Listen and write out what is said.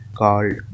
called